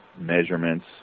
measurements